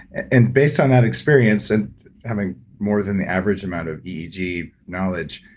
and based on that experience and having more than the average amount of eeg knowledge,